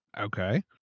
Okay